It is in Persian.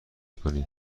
کنی